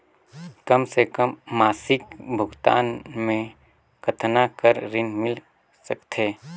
कम से कम मासिक भुगतान मे कतना कर ऋण मिल सकथे?